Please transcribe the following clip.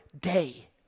day